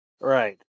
Right